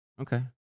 Okay